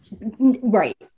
Right